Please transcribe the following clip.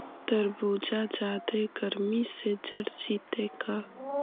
तारबुज जादे गर्मी से जर जितै का?